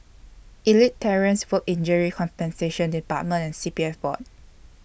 Elite Terrace Work Injury Compensation department and C P F Board